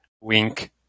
Wink